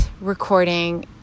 recording